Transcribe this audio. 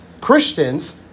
Christians